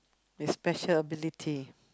the special ability